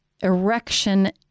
erection